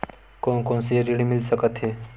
कोन कोन से ऋण मिल सकत हे?